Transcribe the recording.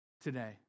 today